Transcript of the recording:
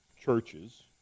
churches